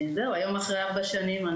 היום אחרי ארבע שנים,